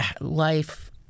life